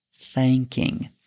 thanking